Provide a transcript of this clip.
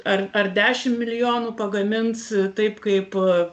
ar ar dešimt milijonų pagamins taip kaip